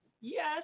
yes